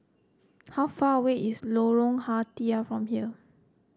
how far away is Lorong Ah Thia from here